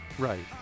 Right